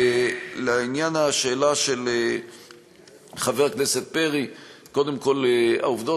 לעניין השאלה של חבר הכנסת פרי, קודם כול העובדות.